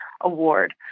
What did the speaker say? award